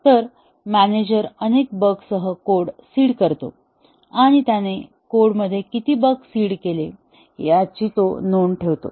तर मॅनेजर अनेक बग सह कोड सीड करतो आणि त्याने कोडमध्ये किती बग सीड केले आहेत याची नोंद ठेवतो